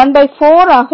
14 ஆக இருக்கும்